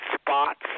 spots